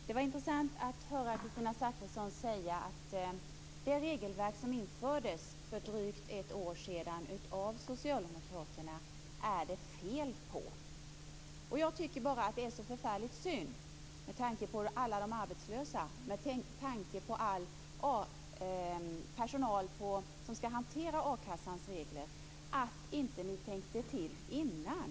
Fru talman! Det var intressant att höra Kristina Zakrisson säga att det är fel på det regelverk som infördes för drygt ett år sedan av socialdemokraterna. Jag tycker bara att det är så förfärligt synd, med tanke på alla de arbetslösa och all den personal som skall hantera a-kassans regler, att man inte tänkte till innan.